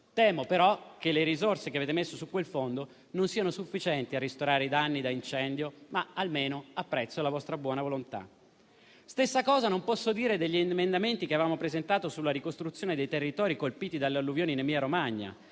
Temo che le risorse che avete messo su quel fondo non siano sufficienti a ristorare i danni da incendio, ma almeno apprezzo la vostra buona volontà. La stessa cosa non posso dire per quanto riguarda gli emendamenti che avevamo presentato per la ricostruzione dei territori colpiti dall'alluvione in Emilia-Romagna,